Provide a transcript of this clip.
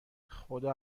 خدا